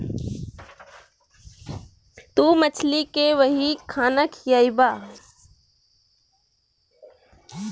तू मछली के वही खाना खियइबा